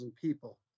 people